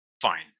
Fine